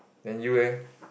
then you leh